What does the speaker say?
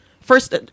first